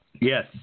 Yes